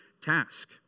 task